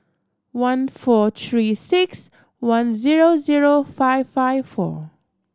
one four Three Six One zero zero five five four